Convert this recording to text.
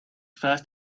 first